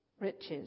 riches